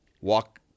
walk